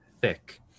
thick